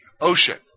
ocean